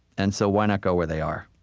and so why not go where they are?